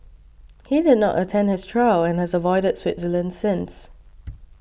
he did not attend his trial and has avoided Switzerland since